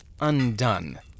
undone